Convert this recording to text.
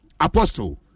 Apostle